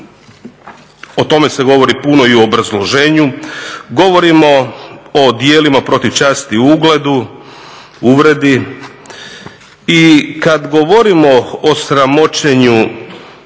o tome se govori puno i u obrazloženju. Govorimo o djelima protiv časti i ugleda, uvredi i kad govorimo o sramoćenju